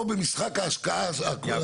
נגיד בנק ישראל פרופ’ אמיר ירון: יעקב